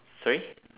sorry